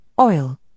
oil